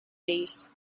base